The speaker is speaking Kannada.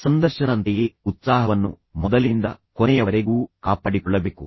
ಸಂದರ್ಶನದಂತೆಯೇ ಉತ್ಸಾಹವನ್ನು ಮೊದಲಿನಿಂದ ಕೊನೆಯವರೆಗೂ ಕಾಪಾಡಿಕೊಳ್ಳಬೇಕು